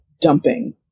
dumping